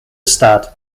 stade